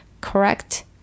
correct